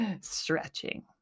stretching